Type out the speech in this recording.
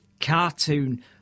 cartoon